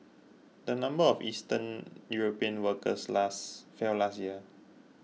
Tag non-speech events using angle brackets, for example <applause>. the number of Eastern European workers <unintelligible> fell last year